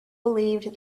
believed